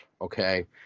okay